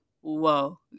whoa